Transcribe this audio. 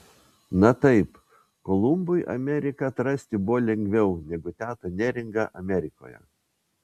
na taip kolumbui ameriką atrasti buvo lengviau negu tetą neringą amerikoje